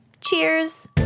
Cheers